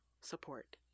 support